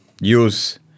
Use